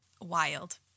Wild